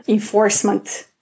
enforcement